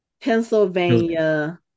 Pennsylvania